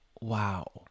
Wow